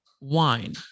wine